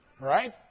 Right